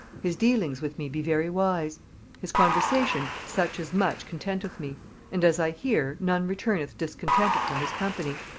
his dealings with me be very wise his conversation such as much contenteth me and, as i hear, none returneth discontented from his company.